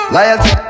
Loyalty